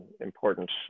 important